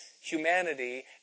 humanity